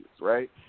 right